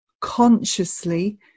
consciously